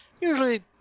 usually